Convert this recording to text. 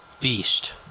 beast